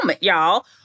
y'all